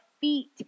feet